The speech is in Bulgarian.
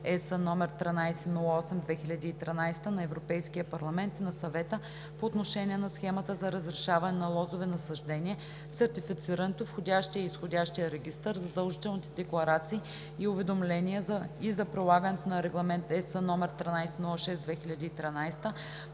(ЕС) № 1308/2013 на Европейския парламент и на Съвета по отношение на схемата за разрешаване на лозови насаждения, сертифицирането, входящия и изходящ регистър, задължителните декларации и уведомления и за прилагането на Регламент (ЕС) № 1306/2013